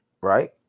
right